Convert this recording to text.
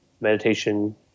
meditation